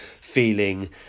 feeling